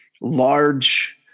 large